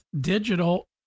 digital